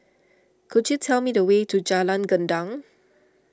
could you tell me the way to Jalan Gendang